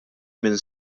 minn